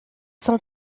sont